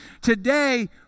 Today